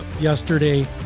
yesterday